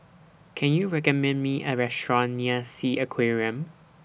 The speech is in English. Can YOU recommend Me A Restaurant near Sea Aquarium